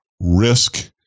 Risk